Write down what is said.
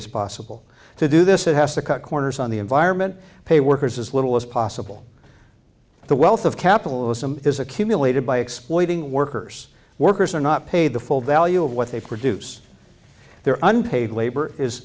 as possible to do this it has to cut corners on the environment pay workers as little as possible the wealth of capitalism is accumulated by exploiting workers workers are not paid the full value of what they produce their unpaid labor is